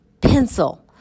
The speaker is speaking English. pencil